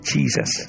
Jesus